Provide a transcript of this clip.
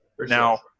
Now